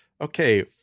okay